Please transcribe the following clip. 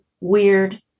weird